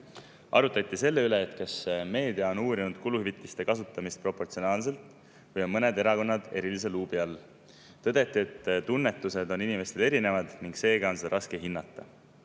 Arutleti selle üle, kas meedia on uurinud kuluhüvitiste kasutamist proportsionaalselt või on mõned erakonnad erilise luubi all. Tõdeti, et inimeste tunnetus on erinev, seega on seda raske hinnata.